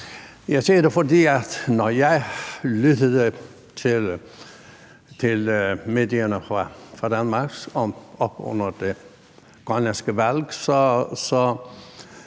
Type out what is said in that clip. Jeg siger det, fordi jeg, når jeg lyttede til medierne fra Danmark op til det grønlandske valg, så